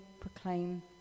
proclaim